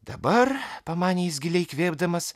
dabar pamanė jis giliai įkvėpdamas